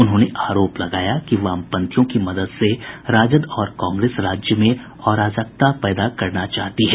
उन्होंने आरोप लगाया कि वामपंथियों की मदद से राजद और कांग्रेस राज्य में अराजकता पैदा करना चाहती है